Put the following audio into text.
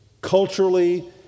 culturally